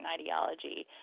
ideology